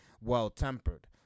well-tempered